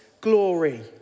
glory